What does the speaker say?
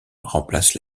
remplaçant